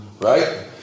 Right